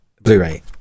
blu-ray